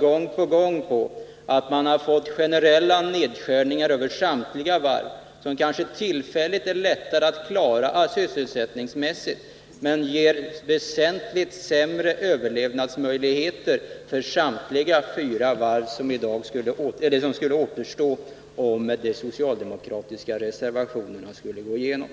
gång på gång klagat på att man har fått generella nedskärningar över samtliga varv, som kanske tillfälligt är lättare att klara sysselsättningsmässigt men som ger väsentligt sämre överlevnadsmöjligheter för samtliga fyra varv som skulle finnas kvar, om de socialdemokratiska reservationerna skulle bifallas.